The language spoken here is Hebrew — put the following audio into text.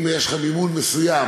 אם יש לך מימון מסוים,